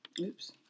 Oops